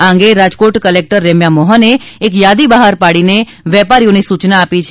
આ અંગે રાજકોટ કલેકટર રેમ્યા મોહને એક યાદી બહાર પાડીને વેપારીઓને સૂચના આપી છે